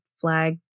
flag